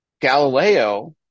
Galileo